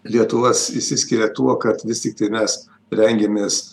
lietuva išsiskiria tuo kad vis tiktai mes rengiamės